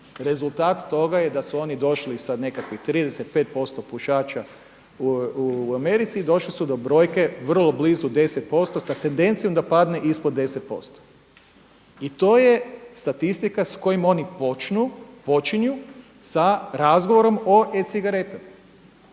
Rezultat toga je da su oni došli sa nekakvih 35% pušača u Americi došli su do brojke vrlo blizu 10% sa tendencijom da padne ispod 10%. I to je statistika sa kojom oni počnu, počinju sa razgovorom o e-cigaretama.